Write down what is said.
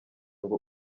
ngo